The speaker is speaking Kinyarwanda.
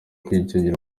kwicungira